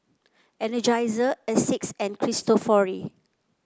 Energizer Asics and Cristofori